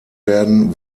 werden